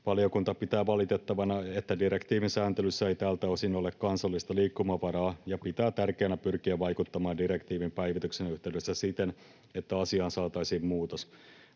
Valiokunta pitää valitettavana, että direktiivin sääntelyssä ei tältä osin ole kansallista liikkumavaraa, ja pitää tärkeänä pyrkiä vaikuttamaan direktiivin päivityksen yhteydessä siten, että asiaan saataisiin muutos.